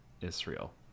Israel